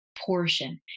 portion